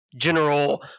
general